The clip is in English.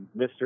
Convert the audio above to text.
Mr